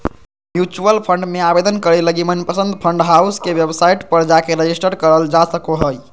mutual fund मे आवेदन करे लगी मनपसंद फंड हाउस के वेबसाइट पर जाके रेजिस्टर करल जा सको हय